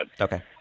Okay